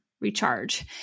recharge